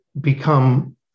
become